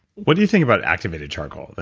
what do you think about activated charcoal?